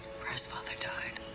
where his father died.